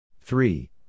three